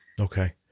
okay